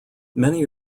many